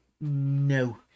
no